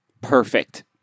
perfect